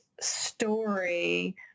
story